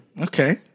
Okay